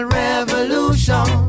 revolution